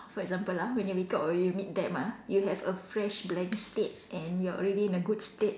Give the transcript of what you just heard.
for example lah when you wake up or you meet them ah you have a fresh blank state and you are already in a good state